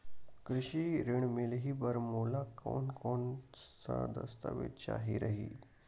कृषि ऋण मिलही बर मोला कोन कोन स दस्तावेज चाही रही?